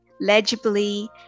legibly